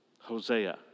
Hosea